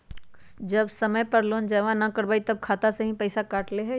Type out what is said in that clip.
जब समय पर लोन जमा न करवई तब खाता में से पईसा काट लेहई?